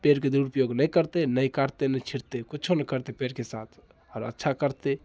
पेड़के दुरूपयोग नहि करतै हि काटतै नहि छीटतै किछु नहि करतै पेड़के साथ आओर अच्छा करतै